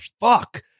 fuck